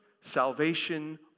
salvation